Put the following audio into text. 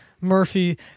Murphy